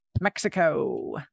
mexico